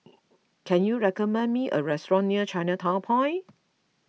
can you recommend me a restaurant near Chinatown Point